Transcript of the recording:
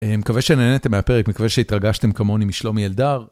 מקווה שנהנתם מהפרק, מקווה שהתרגשתם כמוני משלומי אלדר.